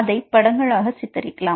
அதை படங்களாக சித்தரிக்கலாம்